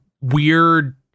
weird